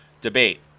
Debate